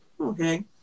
Okay